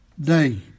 day